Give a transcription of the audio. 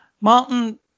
Martin